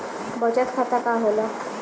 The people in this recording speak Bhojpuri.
बचत खाता का होला?